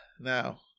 Now